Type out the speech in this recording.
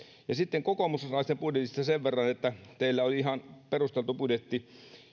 sitten kokoomuslaisten budjetista sen verran että teillä oli ihan perusteltu budjetti